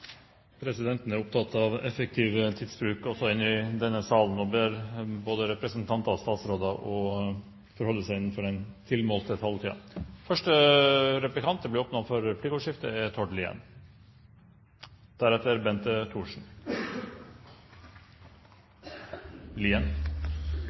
også i denne salen og ber både representanter og statsråder å holde seg innenfor den tilmålte taletiden. Det blir replikkordskifte. Jeg er glad for at statsråden sier at dette er